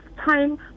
time